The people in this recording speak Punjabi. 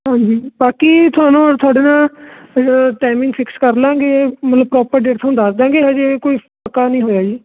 ਹਾਂਜੀ ਬਾਕੀ ਤੁਹਾਨੂੰ ਤੁਹਾਡੇ ਨਾਲ ਟਾਈਮਿੰਗ ਫਿਕਸ ਕਰ ਲਾਂਗੇ ਮਤਲਬ ਪ੍ਰੋਪਰ ਡੇਟ ਤੁਹਾਨੂੰ ਦੱਸ ਦਾਂਗੇ ਹਜੇ ਕੋਈ ਪੱਕਾ ਨਹੀਂ ਹੋਇਆ ਜੀ